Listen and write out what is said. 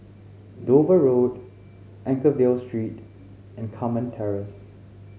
Dover Road Anchorvale Street and Carmen Terrace